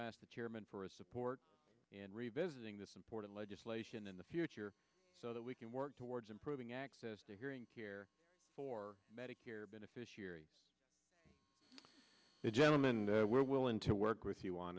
asked the chairman for a support and revisiting this important legislation in the future so that we can work towards improving access to hearing care for medicare beneficiaries the gentlemen were willing to work with you on